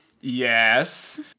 Yes